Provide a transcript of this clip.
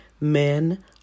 men